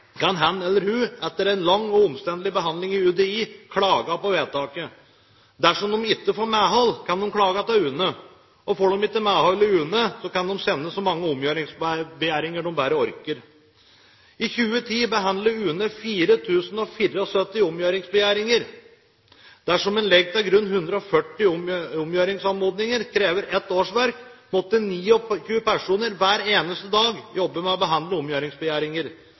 lang og omstendelig behandling i UDI klage på vedtaket. Dersom de ikke får medhold, kan de klage til UNE, og får de ikke medhold i UNE, kan de sende så mange omgjøringsbegjæringer de bare orker. I 2010 behandlet UNE 4 074 omgjøringsbegjæringer. Dersom en legger til grunn at 140 omgjøringsanmodninger krever ett årsverk, måtte 29 personer hver eneste dag jobbe med å behandle omgjøringsbegjæringer.